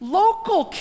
local